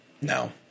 no